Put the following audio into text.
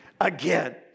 again